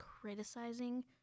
criticizing